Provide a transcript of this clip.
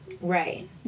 right